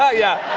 yeah yeah.